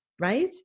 right